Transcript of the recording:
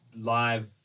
live